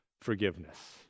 forgiveness